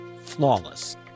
Flawless